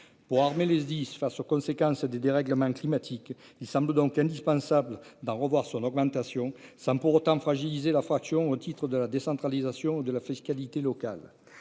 pour armer les SDIS face aux conséquences des dérèglements climatiques, il semble donc indispensable d'en revoir son augmentation sans pour autant fragiliser la fraction au titre de la décentralisation de la fiscalité locale